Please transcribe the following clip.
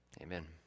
Amen